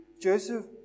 Joseph